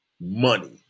money